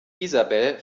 isabel